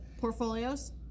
portfolios